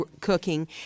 cooking